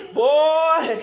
boy